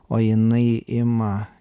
o jinai ima